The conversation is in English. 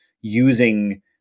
using